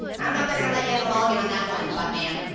i don't know if they are gonna let you have a mulligan on that one, buttman.